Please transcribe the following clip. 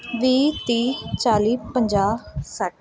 ਵੀਹ ਤੀਹ ਚਾਲੀ ਪੰਜਾਹ ਸੱਠ